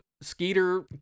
Skeeter